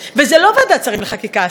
וזה לא ועדת שרים לחקיקה, השרה.